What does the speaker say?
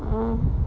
mm